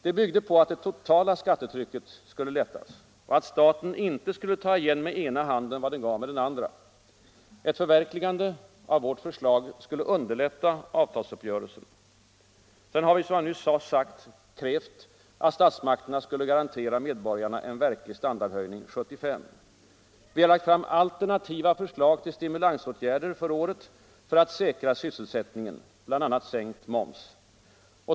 Det byggde på att det totala skattetrycket skulle lättas och att staten inte skulle ta igen med den ena handen vad den gav med den andra. Ett förverkligande av vårt förslag skulle underlätta avtalsuppgörelsen. Vi har dessutom, som jag nyss sade, krävt att statsmakterna skulle garantera medborgarna en verklig standardhöjning 1975. Vi har lagt fram alternativa förslag till stimulansåtgärder för året för att säkra sysselsättningen, bl.a. sänkt moms.